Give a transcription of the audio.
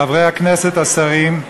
חברי הכנסת, השרים,